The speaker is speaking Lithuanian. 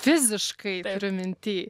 fiziškai turiu minty